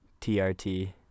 TRT